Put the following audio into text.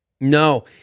No